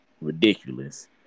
ridiculous